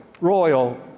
royal